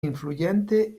influyente